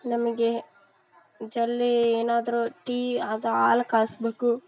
ನಮಗೆ ಜಲ್ದೀ ಏನಾದ್ರು ಟೀ ಅದು ಹಾಲು ಕಾಯಿಸ್ಬೇಕು